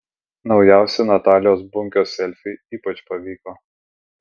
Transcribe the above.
naujausi natalijos bunkės selfiai ypač pavyko